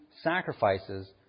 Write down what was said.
sacrifices